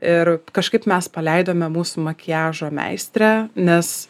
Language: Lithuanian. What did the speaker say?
ir kažkaip mes paleidome mūsų makiažo meistrę nes